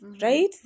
right